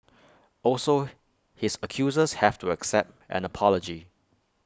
also his accusers have to accept an apology